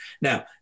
Now